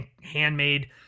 handmade